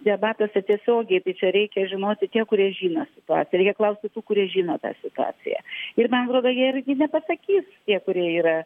debatuose tiesiogiai tai čia reikia žinoti tie kurie žino situaciją reikia klausti tų kurie žino tą situaciją ir man atrodo jie irgi nepasakys tie kurie yra